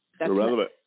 irrelevant